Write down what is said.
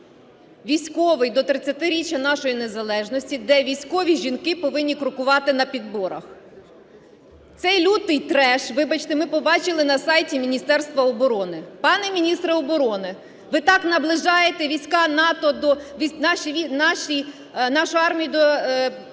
військовий до 30-річчя нашої незалежності, де військові жінки повинні крокувати на підборах. Цей лютий треш, вибачте, ми побачили на сайті Міністерства оборони. Пане міністре оборони, ви так наближаєте нашу армію до всіх